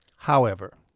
however,